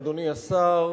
אדוני השר,